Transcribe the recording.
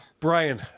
Brian